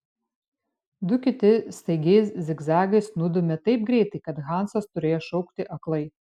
du kiti staigiais zigzagais nudūmė taip greitai kad hansas turėjo šauti aklai